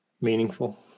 Meaningful